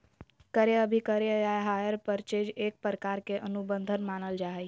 क्रय अभिक्रय या हायर परचेज एक प्रकार के अनुबंध मानल जा हय